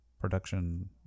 production